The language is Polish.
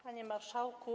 Panie Marszałku!